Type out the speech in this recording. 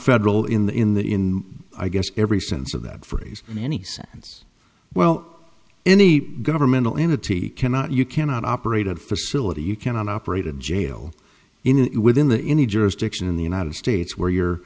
federal in that in i guess every sense of that phrase in any sense well any governmental entity cannot you cannot operate a facility you cannot operate a jail in it within the any jurisdiction in the united states where you're